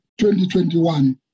2021